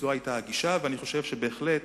זאת היתה הגישה, ואני חושב שבהחלט,